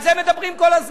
על זה מדברים כל הזמן.